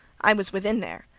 i was within there,